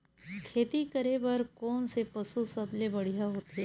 खेती करे बर कोन से पशु सबले बढ़िया होथे?